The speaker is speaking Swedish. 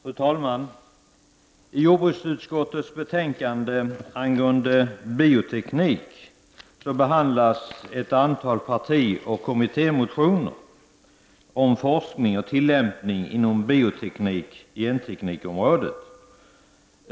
Fru talman! I jordbruksutskottets betänkande angående bioteknik behandlas ett antal partioch kommittémotioner om forskning och tillämpning inom bioteknik —genteknik-området.